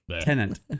tenant